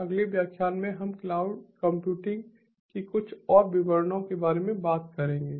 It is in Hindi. अगले व्याख्यान में हम क्लाउड कंप्यूटिंग के कुछ और विवरणों के बारे में बात करेंगे